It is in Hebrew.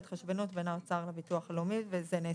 ההתחשבנות בין האוצר לביטוח הלאומי,